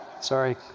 Sorry